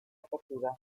apertura